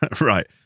right